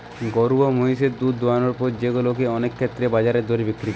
গরু বা মহিষের দুধ দোহানোর পর সেগুলা কে অনেক ক্ষেত্রেই বাজার দরে বিক্রি করে